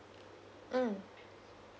mm